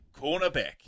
cornerback